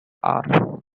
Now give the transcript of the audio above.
hour